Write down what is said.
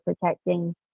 protecting